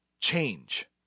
change